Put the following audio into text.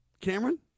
Cameron